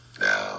now